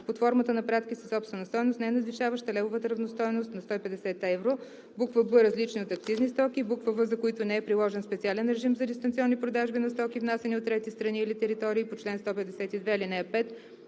под формата на пратки със собствена стойност, ненадвишаваща левовата равностойност на 150 евро; б) различни от акцизни стоки; в) за които не е приложен специален режим за дистанционни продажби на стоки, внасяни от трети страни или територии по чл. 152, ал. 5;